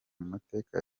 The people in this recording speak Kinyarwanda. mateka